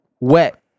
wet